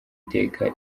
iteka